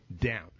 down